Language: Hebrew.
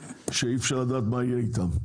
ואי-אפשר לדעת מה יהיה איתם.